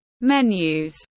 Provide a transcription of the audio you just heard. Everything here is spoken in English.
menus